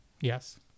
Yes